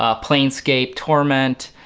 ah planescape torment,